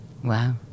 Wow